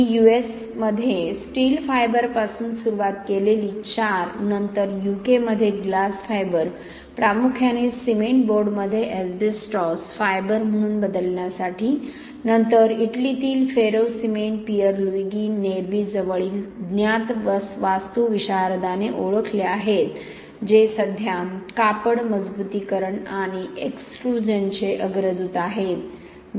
मी यूएसमध्ये स्टील फायबरपासून सुरुवात केलेली चारनंतर यूकेमध्ये ग्लास फायबर प्रामुख्याने सिमेंट बोर्डमध्ये एस्बेस्टोस फायबर म्हणून बदलण्यासाठीनंतर इटलीतील ferro cement Pier Luigi Nervi जवळील ज्ञात वास्तुविशारदाने ओळखले आहेत जे सध्या कापड मजबुतीकरण आणि एक्सट्रूझनचे अग्रदूत आहे